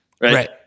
Right